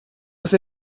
with